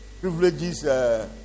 Privileges